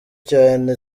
cyane